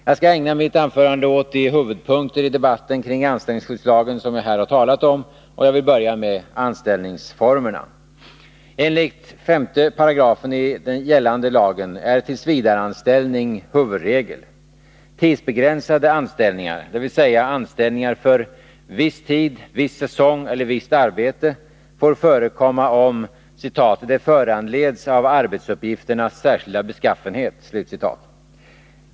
Jag skall ägna mitt anförande åt de huvudpunkter i debatten kring anställningslagen som jag här har talat om. Jag vill börja med anställningsformerna. Enligt 5§ i den gällande lagen är tillsvidareanställning huvudregel. Tidsbegränsade anställningar, dvs. anställningar för viss tid, viss säsong eller visst arbete, får förekomma om ”det föranleds av arbetsuppgifternas särskilda beskaffenhet”.